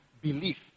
belief